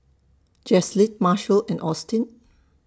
Jaslyn Marshall and Austin